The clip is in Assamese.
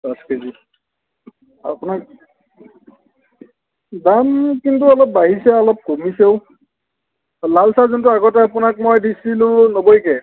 পাঁচ কেজি আপোনাক দাম কিন্তু অলপ বাঢ়িছেও অলপ কমিছেও লালচাহ যোনটো আগতে আপোনাক মই দিছিলোঁ নব্বৈকৈ